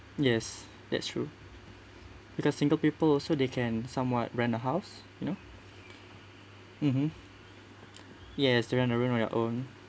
yes that's true because single people also they can somewhat rent a house you know mmhmm yes to rent a room on your own